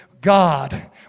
God